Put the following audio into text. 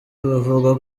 abavuga